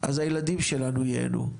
אז הילדים שלנו ייהנו.